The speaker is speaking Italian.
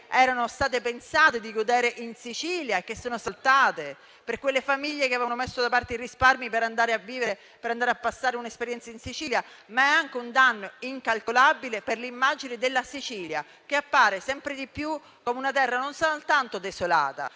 era pensato di godere in Sicilia e che sono saltate, per quelle famiglie che avevano messo da parte i risparmi per trascorrere un'esperienza in Sicilia. È un danno incalcolabile anche per l'immagine della Sicilia, che appare sempre di più come una terra, non soltanto desolata